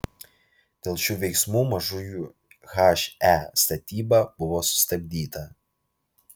dėl šių veiksmų mažųjų he statyba buvo sustabdyta